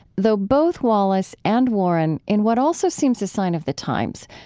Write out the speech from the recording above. though both wallis and warren, in what also seems a sign of the times,